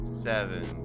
seven